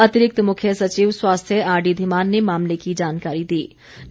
अतिरिक्त मुख्य सचिव स्वास्थ्य आरडी धीमान ने मामले की जानकारी दी है